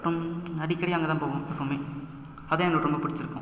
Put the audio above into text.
அப்புறம் அடிக்கடி அங்கே தான் போவோம் எப்பவுமே அதான் எங்களுக்கு ரொம்ப பிடிச்சுருக்கும்